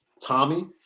Tommy